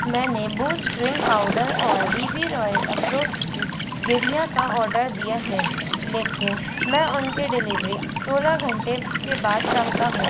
मैंने boost drink powder और B B royal अख़रोट की गिरियाँ का आर्डर दिया है लेकिन मैं उनकी डिलीवरी सोलह घंटे के बाद चाहता हूँ